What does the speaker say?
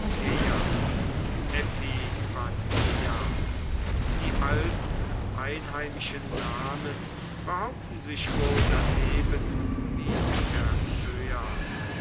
die alten einheimischen namen behaupten sich wohl daneben wie